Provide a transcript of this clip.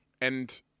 and-